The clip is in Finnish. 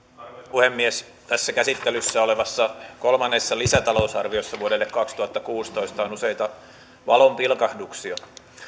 puhemies tässä käsittelyssä olevassa kolmannessa lisätalousarviossa vuodelle kaksituhattakuusitoista on useita valonpilkahduksia